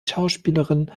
schauspielerin